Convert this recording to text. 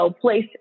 place